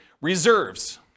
reserves